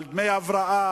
על דמי הבראה?